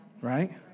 Right